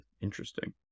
Interesting